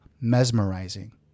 Mesmerizing